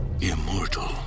immortal